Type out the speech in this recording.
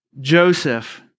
Joseph